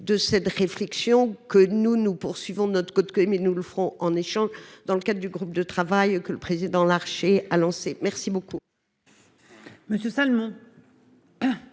De cette réflexion que nous nous poursuivons notre code que mais nous le ferons en échange. Dans le cas du groupe de travail que le président Larché a lancé, merci beaucoup.--